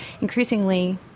increasingly